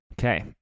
Okay